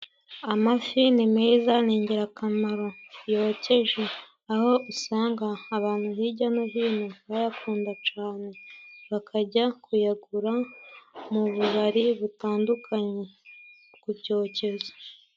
Amafi ni meza, ni ingirakamaro. Yokeje, aho usanga abantu hirya no hino bayakunda cyane. Bakajya kuyagura mu bubari butandukanye. Ku cyokezo.